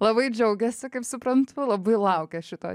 labai džiaugiasi kaip suprantu labai laukia šito